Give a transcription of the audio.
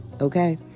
Okay